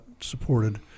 supported